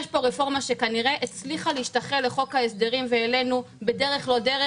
יש פה רפורמה שכנראה הצליחה להשתחל לחוק ההסדרים ואלינו בדרך לא דרך,